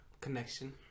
Connection